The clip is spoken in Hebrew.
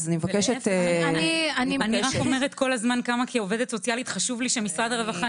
אני רק אומרת כל הזמן כמה כעובדת סוציאלית חשוב לי שמשרד הרווחה